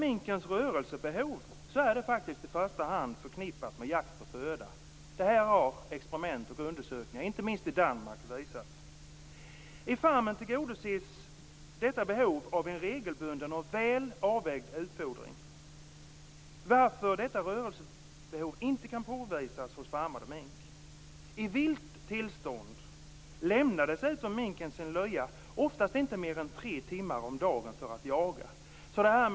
Minkens rörelsebehov är i första hand förknippat med jakt på föda. Det har experiment och undersökningar, inte minst i Danmark, visat. I farmen tillgodoses detta behov av en regelbunden och väl avvägd utfodring, varför detta rörelsebehov inte kan påvisas hos farmad mink. I vilt tillstånd lämnar dessutom minken sin lya oftast inte mer än tre timmar om dagen för att jaga.